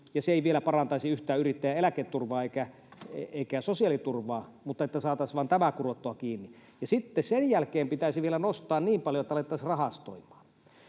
se ei vielä parantaisi yhtään yrittäjän eläketurvaa eikä sosiaaliturvaa, saataisiin vain tämä kurottua kiinni. Ja sitten sen jälkeen pitäisi vielä nostaa niin paljon, että alettaisiin rahastoimaan.